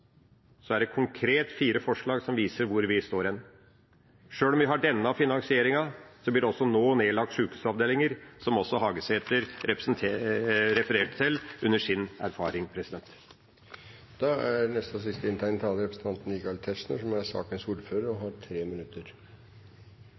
så er det fire konkrete forslag som viser hvor vi står. Sjøl om vi har denne finanseringen, blir det også nå nedlagt sykehusavdelinger – som også Hagesæter refererte til under sin erfaring.